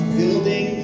building